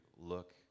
look